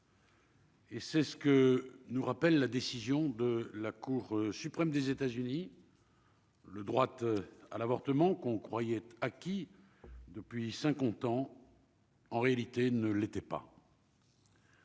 Et c'est ce que nous rappelle la décision de la Cour suprême des États-Unis. Le droite à l'avortement qu'on croyait acquis depuis 50 ans. En réalité, ne l'était pas.